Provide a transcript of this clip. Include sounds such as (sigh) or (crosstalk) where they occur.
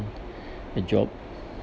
(breath) uh job